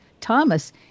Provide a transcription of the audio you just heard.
Thomas